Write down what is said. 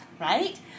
right